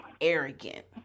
arrogant